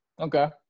Okay